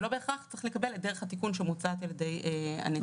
לא בהכרח צריך לקבל את דרך התיקון שמוצעת על ידי הנציבות.